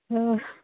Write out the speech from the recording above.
ఆ